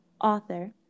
author